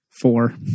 four